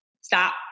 stop